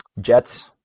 Jets